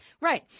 Right